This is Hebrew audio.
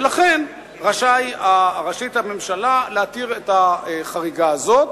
ולכן רשאית הממשלה להתיר את החריגה הזאת.